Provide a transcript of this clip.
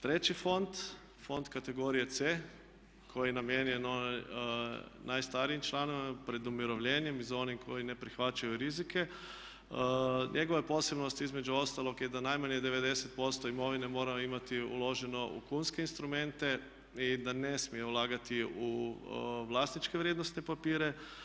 Treći fond, fond kategorije C koji je namijenjen najstarijim članovima pred umirovljenjem i za one koji ne prihvaćaju rizike njegova posebnost između ostalog je da najmanje 90% imovine moramo imati uloženo u kunske instrumente i da ne smije ulagati u vlasničke vrijednosne papire.